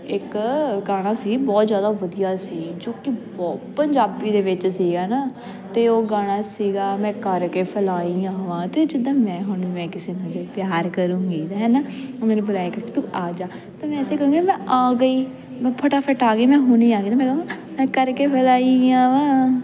ਇਕ ਗਾਣਾ ਸੀ ਬਹੁਤ ਜ਼ਿਆਦਾ ਵਧੀਆ ਸੀ ਜੋ ਕਿ ਪੰਜਾਬੀ ਦੇ ਵਿੱਚ ਸੀਗਾ ਨਾ ਅਤੇ ਉਹ ਗਾਣਾ ਸੀਗਾ ਮੈਂ ਕਰ ਕੇ ਫਲਾਈ ਆਵਾਂ ਅਤੇ ਜਿੱਦਾਂ ਮੈਂ ਹੁਣ ਮੈਂ ਕਿਸੇ ਨੂੰ ਜੇ ਪਿਆਰ ਕਰਾਂਗੀ ਹੈ ਨਾ ਉਹ ਮੈਨੂੰ ਬੁਲਾਇਆ ਕਰੇ ਕਿ ਤੂੰ ਆ ਜਾ ਤਾਂ ਮੈਂ ਐਸੇ ਕਰਾਂਗੀ ਨਾ ਮੈਂ ਆ ਗਈ ਮੈਂ ਫਟਾਫਟ ਆ ਗਈ ਮੈਂ ਹੁਣੀ ਆ ਗਈ ਅਤੇ ਮੈਂ ਕਹਾਂ ਮੈਂ ਕਰਕੇ ਫਲਾਈ ਆਵਾਂ